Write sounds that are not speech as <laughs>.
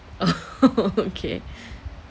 <laughs> okay